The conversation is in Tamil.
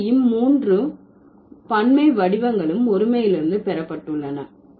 எனவே இம் மூன்று பன்மை வடிவங்களும் ஒருமையிலிருந்து பெறப்பட்டுள்ளன